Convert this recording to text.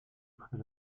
près